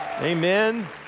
amen